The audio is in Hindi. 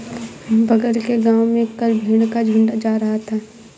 बगल के गांव में कल भेड़ का झुंड जा रहा था